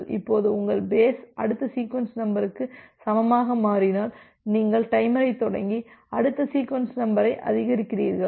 இப்போது உங்கள் பேஸ் அடுத்த சீக்வென்ஸ் நம்பருக்கு சமமாக மாறினால் நீங்கள் டைமரைத் தொடங்கி அடுத்த சீக்வென்ஸ் நம்பரை அதிகரிக்கிறீர்களா